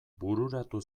bururatu